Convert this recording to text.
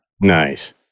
Nice